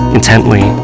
intently